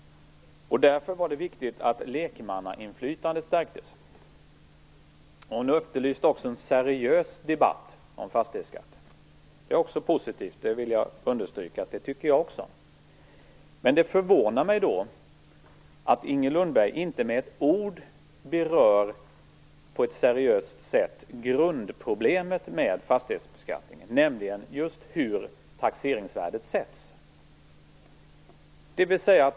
Därför var det viktigt att lekmannainflytandet stärktes. Inger Lundberg efterlyste också en seriös debatt om fastighetsskatten. Det är positivt, och jag vill understryka att jag också tycker det. Men det förvånar mig att Inger Lundberg inte med ett ord på ett seriöst sätt berör grundproblemet med fastighetsbeskattningen, nämligen just hur taxeringsvärdet sätts.